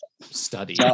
study